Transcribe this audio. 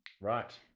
Right